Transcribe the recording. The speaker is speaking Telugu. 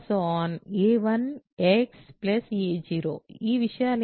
a 1x a 0 ఈ విషయాలు ఏమిటి